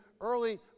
early